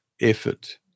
effort